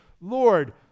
Lord